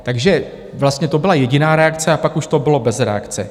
Takže vlastně to byla jediná reakce a pak už to bylo bez reakce.